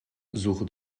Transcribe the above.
suche